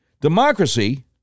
Democracy